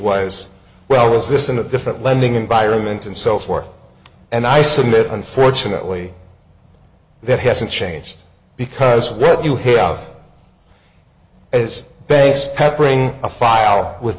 was well was this in a different lending environment and so forth and i submit unfortunately that hasn't changed because we read you hear of as base peppering a file with